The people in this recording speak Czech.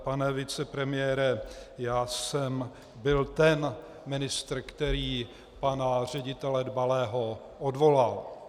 Pane vicepremiére, já jsem byl ten ministr, který pana ředitele Dbalého odvolal.